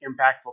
impactful